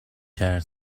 کرد